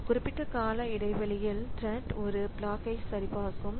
அந்த குறிப்பிட்ட கால இடைவெளியில் த்ரெட் ஒரு பிளாக்ஐ சரிபார்க்கும்